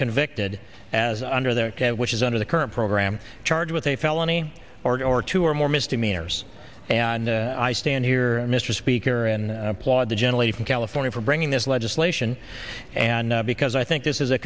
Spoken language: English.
convicted as under the which is under the current program charged with a felony order or two or more misdemeanors and i stand here mr speaker and applaud the generally from california for bringing this legislation and because i think this is a